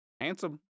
Handsome